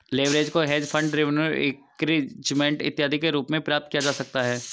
leverage को hedge fund revenue increment इत्यादि के रूप में प्राप्त किया जा सकता है